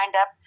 up